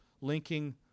linking